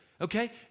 okay